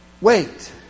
Wait